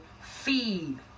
feed